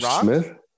Smith